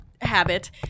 habit